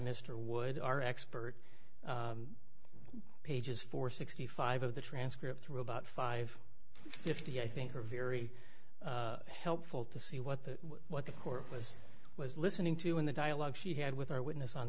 mr wood our expert pages for sixty five of the transcript through about five fifty i think are very helpful to see what the what the court was was listening to and the dialogue she had with our witness on